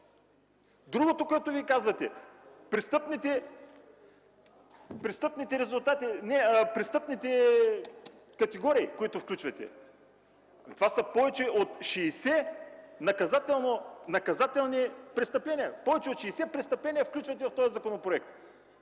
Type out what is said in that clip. Другото, което Вие казвате – престъпните категории, които включвате. Това са повече от 60 наказателни престъпления, повече от 60 престъпления включвате в този законопроект!